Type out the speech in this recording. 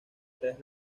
tres